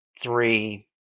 three